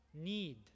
need